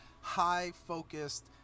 high-focused